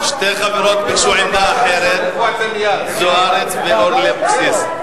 שתי חברות ביקשו עמדה אחרת, זוארץ ולוי אבקסיס.